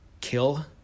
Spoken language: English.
kill